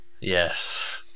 yes